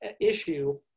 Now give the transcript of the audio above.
issue